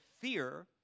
fear